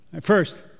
First